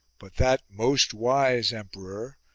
but that most wise emperor,